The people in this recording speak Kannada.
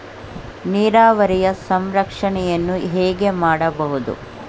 ನೀರಾವರಿಯ ಸಂರಕ್ಷಣೆಯನ್ನು ಹೇಗೆ ಮಾಡಬಹುದು?